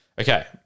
Okay